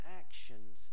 actions